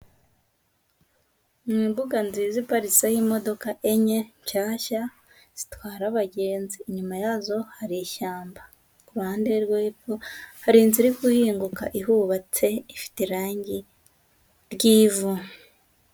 Ni imbuga nziza iparitseho imodoka enye nshyashya zitwara abagenzi. Inyuma yazo hari ishyamba. Ku ruhande rwo hepfo hari inzu iri guhinguka ihubatse ifite irangi ry'ivu.